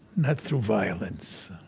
not through violence.